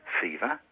fever